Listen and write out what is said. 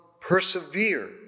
persevere